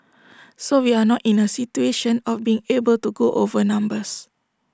so we are not in A situation of being able to go over numbers